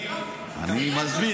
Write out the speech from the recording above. אני, אני מסביר.